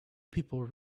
people